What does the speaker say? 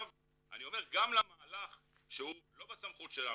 גם למהלך שהוא לא בסמכות שלנו,